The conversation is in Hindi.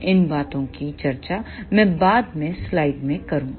इन बातों की चर्चा मैं बाद में स्लाइड्स में करूंगा